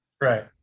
Right